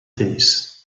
tennis